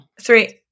Three